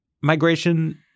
migration